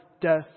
death